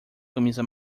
camisa